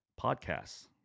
podcasts